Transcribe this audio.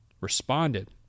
responded